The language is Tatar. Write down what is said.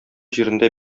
җирендә